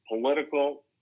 political